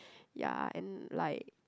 ya and like